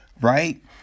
right